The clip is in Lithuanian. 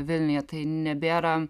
vilniuje tai nebėra